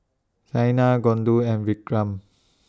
Saina Gouthu and Vikram